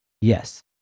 yes